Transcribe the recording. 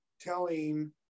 telling